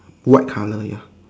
white colour ya